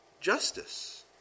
Justice